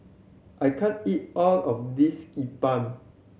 I can't eat all of this E Bua